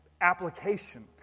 application